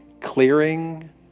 clearing